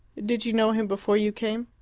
did you know him before you came?